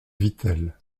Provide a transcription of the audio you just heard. vitel